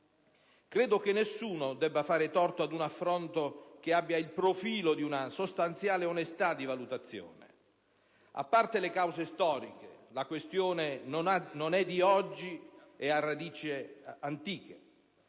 Credo che nessuno debba fare torto ad un approccio che abbia il profilo di una sostanziale onestà di valutazione: a parte le cause storiche, la questione non è di oggi e ha radici antiche;